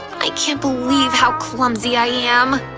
i can't believe how clumsy i am!